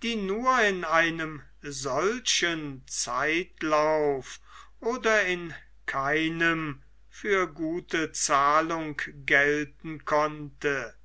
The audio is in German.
die nur in einem solchen zeitlauf oder in keinem für gute zahlung gelten konnte